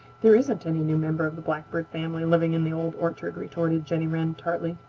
there isn't any new member of the blackbird family living in the old orchard, retorted jenny wren tartly.